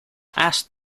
ask